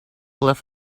left